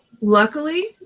luckily